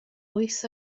wyth